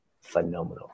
phenomenal